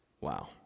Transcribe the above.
Wow